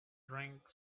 drank